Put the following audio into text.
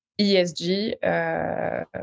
ESG